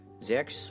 Zach